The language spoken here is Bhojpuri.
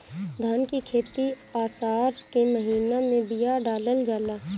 धान की खेती आसार के महीना में बिया डालल जाला?